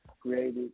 created